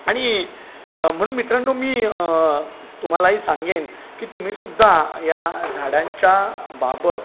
आणि म्हणून मित्रांनो मी तुम्हालाही सांगेन की तुम्ही सुद्धा या झाडांच्याबाबत